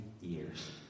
years